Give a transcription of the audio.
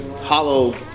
Hollow